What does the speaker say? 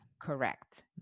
Correct